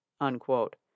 unquote